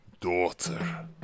daughter